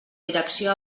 direcció